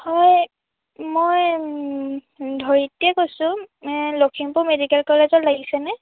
হয় মই ধৰিত্ৰীয়ে কৈছোঁ এ লখিমপুৰ মেডিকেল কলেজত লাগিছেনে